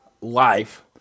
life